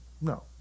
No